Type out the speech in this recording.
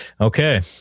Okay